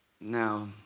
Now